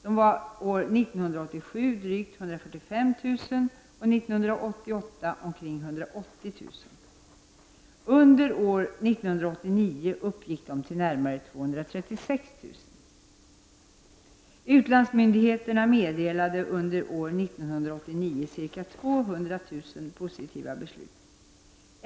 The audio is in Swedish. De var år 1987 drygt 145 000 och 1988 omkring 180 000. cirka 200 000 positiva beslut.